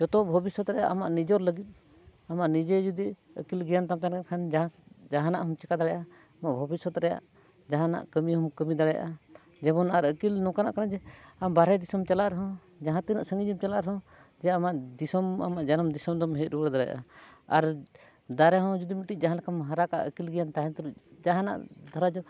ᱡᱚᱛᱚ ᱵᱷᱚᱵᱤᱥᱥᱚᱛ ᱨᱮ ᱟᱢᱟᱜ ᱱᱤᱡᱮᱨ ᱞᱟᱹᱜᱤᱫ ᱟᱢᱟᱜ ᱱᱤᱡᱮ ᱡᱩᱫᱤ ᱟᱹᱠᱤᱞ ᱜᱮᱭᱟᱱ ᱛᱟᱢ ᱛᱟᱦᱮᱱ ᱠᱷᱟᱱ ᱡᱟᱦᱟᱸ ᱥᱮᱫ ᱡᱟᱱᱟᱜ ᱦᱚᱢ ᱪᱮᱠᱟ ᱫᱟᱲᱮᱭᱟᱜᱼᱟ ᱟᱢᱟᱜ ᱵᱷᱚᱵᱤᱥᱥᱚᱛ ᱨᱮᱭᱟᱜ ᱡᱟᱦᱟᱱᱟᱜ ᱠᱟᱹᱢᱤ ᱦᱚᱢ ᱠᱟᱹᱢᱤ ᱫᱟᱲᱮᱭᱟᱜᱼᱟ ᱡᱮᱢᱚᱱ ᱟᱨ ᱟᱹᱠᱤᱞ ᱱᱚᱝᱠᱟᱱᱟ ᱡᱮ ᱟᱢ ᱵᱟᱨᱦᱮ ᱫᱤᱥᱚᱢ ᱪᱟᱞᱟᱜ ᱨᱮ ᱦᱚᱸ ᱡᱟᱦᱟᱸ ᱛᱤᱱᱟᱹᱜ ᱥᱟᱺᱜᱤᱧᱮᱢ ᱪᱟᱞᱟᱜ ᱨᱮ ᱦᱚᱸ ᱡᱮ ᱟᱢᱟᱜ ᱫᱤᱥᱚᱢ ᱟᱢᱟᱜ ᱡᱟᱱᱟᱢ ᱫᱤᱥᱚᱢ ᱫᱚᱢ ᱦᱮᱡ ᱨᱩᱣᱟᱹᱲ ᱫᱟᱲᱮᱭᱟᱜᱼᱟ ᱟᱨ ᱫᱟᱨᱮ ᱦᱚᱸ ᱡᱩᱫᱤ ᱢᱤᱫᱴᱤᱡᱮᱢ ᱦᱟᱨᱟ ᱠᱟᱜᱼᱟ ᱟᱹᱠᱤᱞ ᱜᱮᱭᱟᱱ ᱛᱟᱦᱮᱱ ᱛᱩᱞᱩᱡ ᱡᱟᱦᱟᱱᱟᱜ ᱫᱷᱟᱨᱟ ᱧᱚᱜ